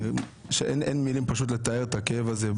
אין מילים לתאר את הכאב הזה.